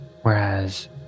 Whereas